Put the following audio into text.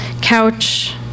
Couch